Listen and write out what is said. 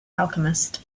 alchemist